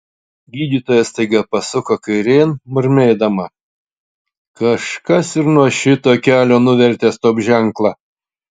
gydytoja staiga pasuko kairėn murmėdama kažkas ir nuo šito kelio nuvertė stop ženklą